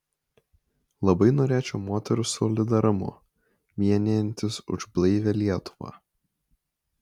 labai norėčiau moterų solidarumo vienijantis už blaivią lietuvą